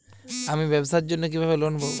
আমি ব্যবসার জন্য কিভাবে লোন পাব?